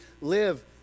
live